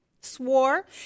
Swore